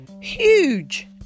huge